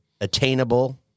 attainable